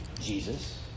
Jesus